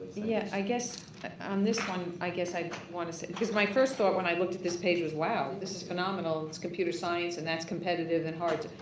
yeah, i guess on this one i guess i'd want to say because my first thought when i looked at this page was, wow, this is phenomenal. it's computer science and that's competitive and heart,